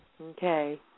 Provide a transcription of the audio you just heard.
Okay